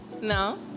No